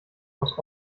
aus